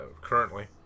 currently